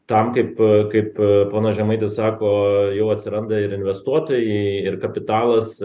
tam kaip kaip ponas žemaitis sako jau atsiranda ir investuotojai ir kapitalas